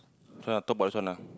this one lah talk about this one lah